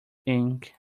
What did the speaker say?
ink